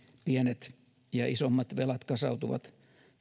pienet ja isommat velat kasautuvat